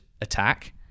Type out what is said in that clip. attack